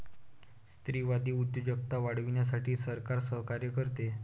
स्त्रीवादी उद्योजकता वाढवण्यासाठी सरकार सहकार्य करते